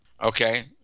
Okay